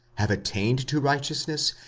have attained to righteousness,